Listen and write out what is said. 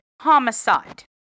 homicide